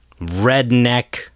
redneck